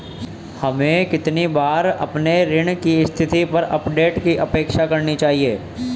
हमें कितनी बार अपने ऋण की स्थिति पर अपडेट की अपेक्षा करनी चाहिए?